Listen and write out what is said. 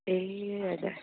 ए हजुर